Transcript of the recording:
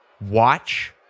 watch